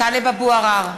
טלב אבו עראר,